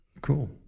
Cool